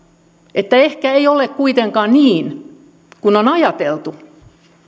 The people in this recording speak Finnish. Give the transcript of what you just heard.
että ehkä ei ole kuitenkaan niin kuin on ajateltu